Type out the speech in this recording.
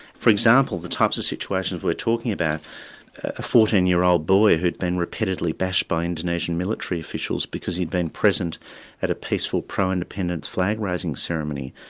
for example, the types of situations we're talking about, a fourteen year old boy who'd been repeatedly bashed by indonesian military officials because he'd been present at a peaceful pro-independence flag raising ceremony,